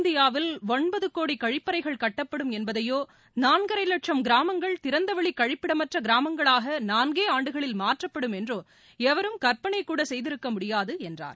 இந்தியாவில் ஒன்பது கோடி கழிப்பறைகள் கட்டப்படும் என்பதையோ நான்கரை லட்சம் கிராமங்கள் திறந்தவெளி கழிப்பிடமற்ற கிராமங்களாக நான்கே ஆண்டுகளில் மாற்றப்படும் என்றோ எவரும் கற்பனை கூட செய்திருக்க முடியாது என்றார்